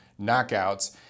knockouts